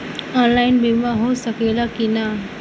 Online बीमा हो सकेला की ना?